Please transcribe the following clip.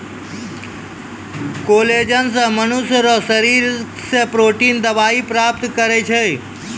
collagen से मनुष्य रो शरीर से प्रोटिन दवाई प्राप्त करै छै